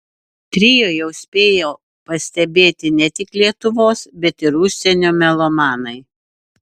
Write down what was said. trio jau spėjo pastebėti ne tik lietuvos bet ir užsienio melomanai